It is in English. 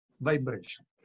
vibration